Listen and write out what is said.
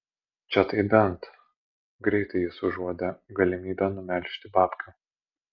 čia tai bent greitai jis užuodė galimybę numelžti babkių